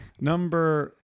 Number